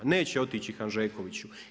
Neće otići Hanžekoviću.